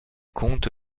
comte